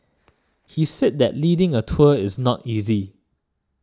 he said that leading a tour is not easy